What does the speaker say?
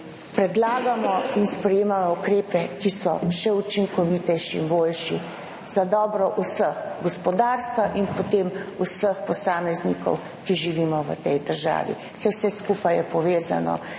predlagamo in sprejemamo ukrepe, ki so še učinkovitejši in boljši za dobro vseh, gospodarstva in potem vseh posameznikov, ki živimo v tej državi. Saj vse skupaj je povezano